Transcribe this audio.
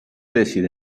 decide